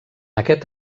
aquest